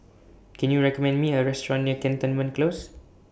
Can YOU recommend Me A Restaurant near Cantonment Close